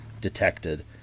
detected